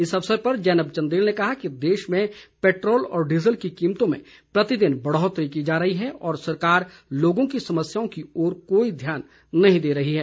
इस अवसर पर जैनब चंदेल ने कहा कि देश में पैट्रोल व डीज़ल की कीमतों में प्रति दिन बढ़ौतरी की जा रही है और सरकार लोगों की समस्याओं की ओर कोई ध्यान नहीं दे रही है